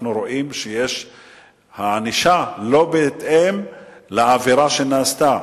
רואים שהענישה היא לא בהתאם לעבירה שנעשתה.